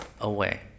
away